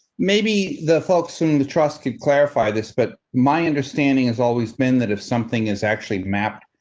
maybe the folks in the trust can clarify this, but my understanding has always been that if something is actually mapped.